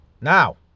Now